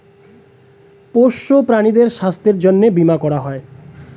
পোষ্য প্রাণীদের স্বাস্থ্যের জন্যে বীমা করা হয়